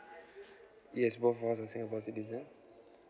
yes both of us are singapore citizen